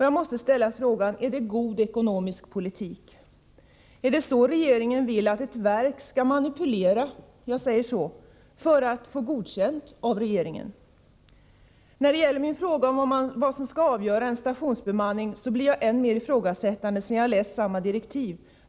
Jag måste fråga: Är det god ekonomisk politik? Är det så regeringen vill att ett verk skall manipulera — jag säger så — för att få godkänt av regeringen? När det gäller min fråga om vad som skall avgöra en stationsbemanning, blir jag än mer ifrågasättande sedan jag läst dessa direktiv.